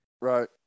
Right